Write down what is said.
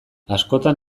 askotan